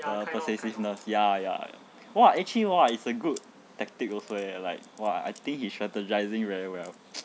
persuasiveness ya ya !wah! actually hor it's a good tactic also eh like !wah! I think he strategising very well